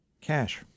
cash